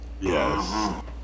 Yes